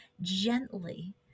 Gently